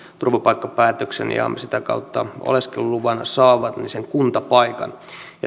turvapaikkapäätöksen ja sitä kautta oleskeluluvan saavat sen kuntapaikan